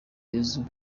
yesu